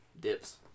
Dips